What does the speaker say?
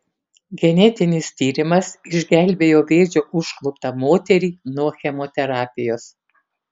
genetinis tyrimas išgelbėjo vėžio užkluptą moterį nuo chemoterapijos